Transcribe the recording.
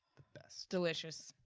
best. delicious.